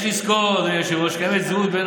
יש לזכור, אדוני היושב-ראש, כי קיימת זהות בין